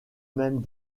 même